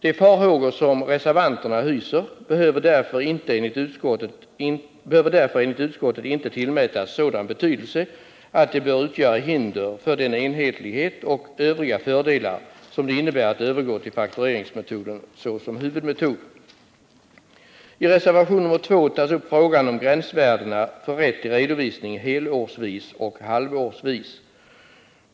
De farhågor som reservanterna hyser behöver därför enligt utskottet inte tillmätas sådan betydelse att de bör utgöra hinder för den enhetlighet och de övriga fördelar som det innebär att övergå till faktureringsmetoden såsom huvudmetod. I reservation nr 2 tas upp frågan om gränsvärdena för rätt till redovisning helårsvis och halvårsvis.